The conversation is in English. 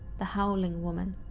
the howling woman.